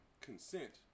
consent